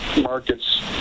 markets